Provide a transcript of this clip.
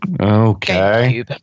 Okay